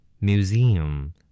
Museum